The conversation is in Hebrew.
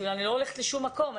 אני לא הולכת לשום מקום.